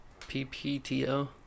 PPTO